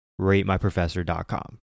RateMyProfessor.com